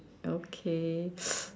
okay